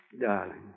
darling